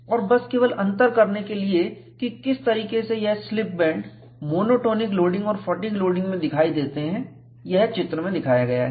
और बस केवल अंतर करने के लिए कि किस तरीके से यह स्लिप बैंड मोनोटोनिक लोडिंग और फटीग लोडिंग में दिखाई देते हैं यह चित्र में दिखाया गया है